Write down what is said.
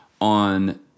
on